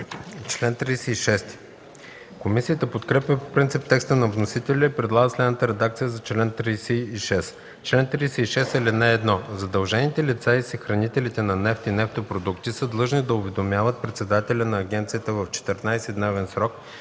Комисията подкрепя по принцип текста на вносителя и предлага следната редакция на чл. 36: „Чл. 36. (1) Задължените лица и съхранителите на нефт и нефтопродукти са длъжни да уведомяват председателя на агенцията в 14-дневен срок